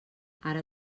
ara